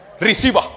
Receiver